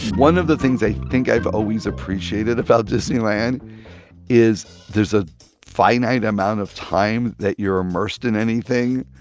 one of the things i think i've always appreciated about disneyland is there's a finite amount of time that you're immersed in anything,